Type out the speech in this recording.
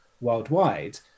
worldwide